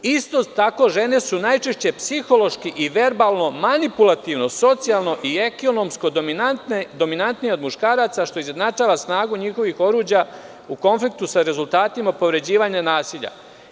Isto tako, žene su najčešće psihološki i verbalno, manipulativno, socijalno i ekonomski dominantnije od muškaraca, što izjednačava snagu njihovih oruđa u konfliktu sa rezultatima upoređivanja nasilja.